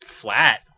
flat